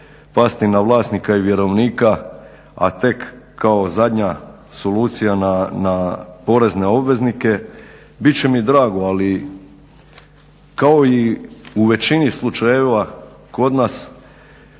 pasti na vlasnika i vjerovnika, a tek kao zadnja solucija na porezne obveznike. Bit će mi drago, ali kao i u većini slučajeva kod nas